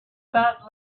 about